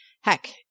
Heck